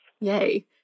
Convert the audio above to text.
Yay